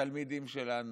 התלמידים שלנו,